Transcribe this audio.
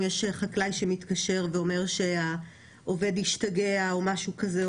אם יש חקלאי שמתקשר ואומר שהעובד השתגע או משהו כזה,